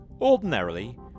ordinarily